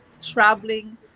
traveling